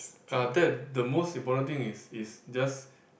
uh that the most important thing is is just